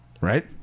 right